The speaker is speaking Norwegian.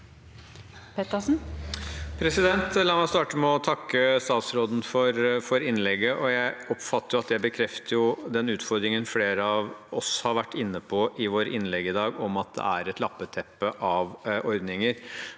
La meg starte med å takke statsråden for innlegget. Jeg oppfatter at det bekrefter den utfordringen flere av oss har vært inne på i våre innlegg i dag, at det er et lappeteppe av ordninger.